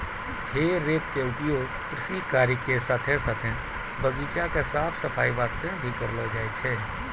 हे रेक के उपयोग कृषि कार्य के साथॅ साथॅ बगीचा के साफ सफाई वास्तॅ भी करलो जाय छै